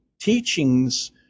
teachings